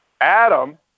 Adam